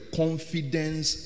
confidence